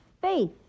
Faith